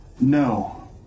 no